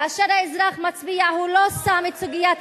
כאשר האזרח מצביע, הוא לא שם את סוגיית